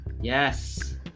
Yes